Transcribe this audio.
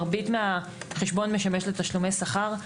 מרבית מהחשבון משמש לתשלומי שכר.